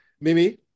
Mimi